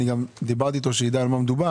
אני גם דיברתי איתו שיידע על מה מדובר.